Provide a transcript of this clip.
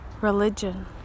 religion